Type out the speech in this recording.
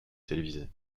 télévisée